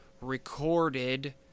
recorded